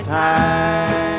time